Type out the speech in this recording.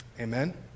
Amen